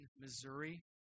Missouri